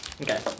Okay